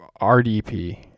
RDP